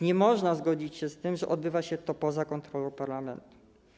Nie można więc zgodzić się z tym, że odbywa się to poza kontrolą parlamentu.